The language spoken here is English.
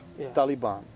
Taliban